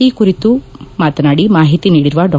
ಈ ಕುರಿತು ಮಾತನಾಡಿ ಮಾಹಿತಿ ನೀಡಿರುವ ಡಾ